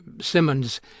Simmons